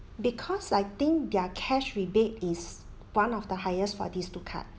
because I think their cash rebate is one of the highest for these two card